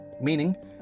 Meaning